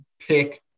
pick